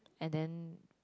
and then